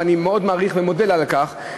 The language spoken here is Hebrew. ואני מאוד מעריך ומודה לה על כך,